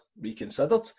Reconsidered